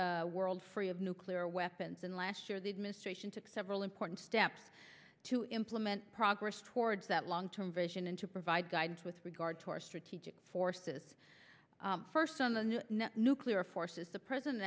a world free of nuclear weapons and last year the administration took several important steps to implement progress towards that long term vision and to provide guidance with regard to our strategic forces first on the nuclear forces the president